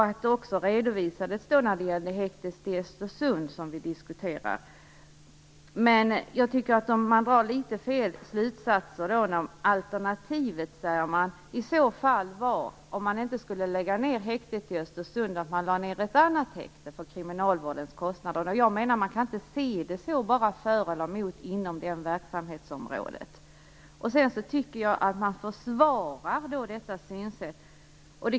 Det redovisades också när det gällde häktet i Östersund, som vi diskuterade tidigare. Jag tycker att man drar litet fel slutsatser. Om man inte lade ned häktet i Östersund säger man att alternativet var att man lade ned ett annat häkte inom kriminalvårdens kostnader. Jag menar att man inte kan se det så - bara för eller emot inom det verksamhetsområdet. Sedan tycker jag att man försvarar detta synsätt.